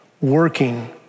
Working